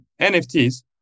NFTs